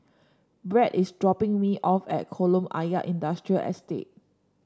Brad is dropping me off at Kolam Ayer Industrial Estate